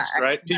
right